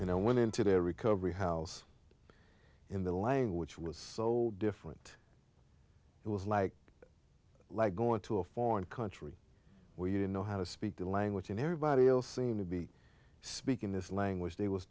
i went into their recovery house in the lang which was so different it was like like going to a foreign country where you don't know how to speak the language and everybody else seemed to be speaking this language they was